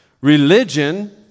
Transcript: Religion